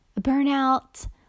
burnout